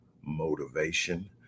motivation